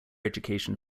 education